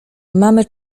mamy